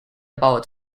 about